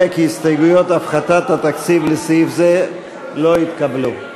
כי ההסתייגויות של הפחתת התקציב לסעיף זה לא התקבלו.